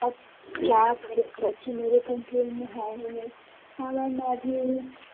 अब क्या करें बच्चें मेरे कंट्रोल में हैं ही नहीं हाँ मैम मैं अभी